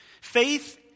Faith